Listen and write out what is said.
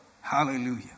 Hallelujah